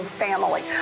family